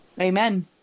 Amen